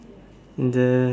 and the